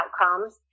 outcomes